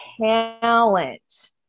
talent